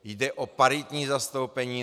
Jde o paritní zastoupení.